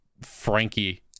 Frankie